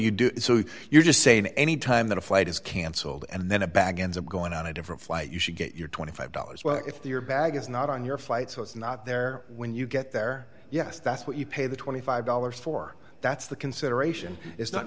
you do you're just saying any time that a flight is canceled and then a bag ends up going on a different flight you should get your twenty five dollars well if the air bag is not on your flight so it's not there when you get there yes that's what you pay the twenty five dollars for that's the consideration it's not